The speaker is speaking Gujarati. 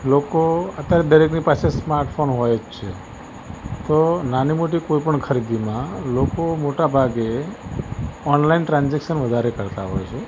લોકો અત્યારે દરેકની પાસે સ્માર્ટ ફોન હોય જ છે તો નાની મોટી કોઈ પણ ખરીદીમાં લોકો મોટા ભાગે ઑનલાઇન ટ્રાન્ઝૅક્શન વધારે કરતાં હોય છે